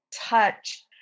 touch